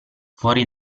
fuori